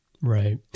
Right